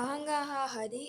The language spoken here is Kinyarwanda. Ahangaha hari